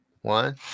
one